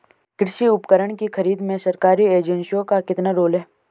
कृषि उपकरण की खरीद में सरकारी एजेंसियों का कितना रोल है?